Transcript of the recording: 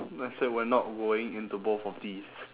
let's say we're not going into both of these